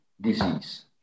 disease